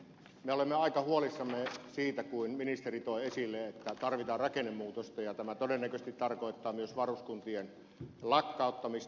me olemme aika huolissamme siitä kun ministeri toi esille että tarvitaan rakennemuutosta ja tämä todennäköisesti tarkoittaa myös varuskuntien lakkauttamista